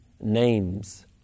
names